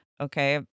Okay